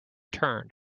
turned